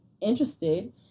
interested